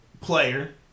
player